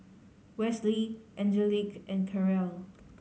Westley Angelique and Karel